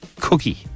Cookie